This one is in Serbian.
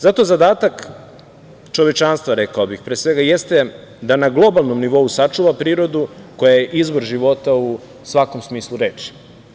Zato zadatak čovečanstva, rekao bih, pre svega, jeste da na globalnom nivou sačuva prirodu koja je izvor života u svakom smislu reči.